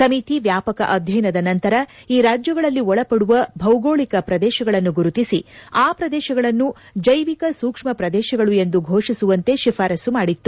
ಸಮಿತಿ ವ್ಯಾಪಕ ಅಧ್ಯಯನದ ನಂತರ ಈ ರಾಜ್ಯಗಳಲ್ಲಿ ಒಳಪಡುವ ಭೌಗೋಳಿಕ ಪ್ರದೇಶಗಳನ್ನು ಗುರುತಿಸಿ ಆ ಪ್ರದೇಶಗಳನ್ನು ಜೈವಿಕ ಸೂಕ್ಷ್ಮ ಪ್ರದೇಶಗಳು ಎಂದು ಘೋಷಿಸುವಂತೆ ಶಿಫಾರಸು ಮಾದಿತ್ತು